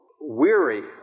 weary